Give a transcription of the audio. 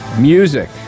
Music